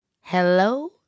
Hello